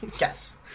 yes